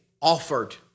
offered